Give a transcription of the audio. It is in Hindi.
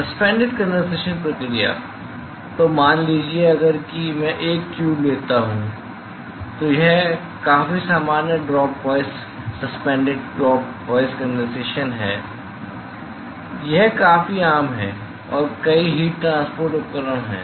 सस्पेंडेड कंडेनसेशन प्रक्रिया तो मान लीजिए अगर कि मैं एक ट्यूब लेता हूं तो यह काफी सामान्य dropwise suspended dropwise condensation है यह काफी आम है और कई हीट ट्रांसपोर्ट उपकरण हैं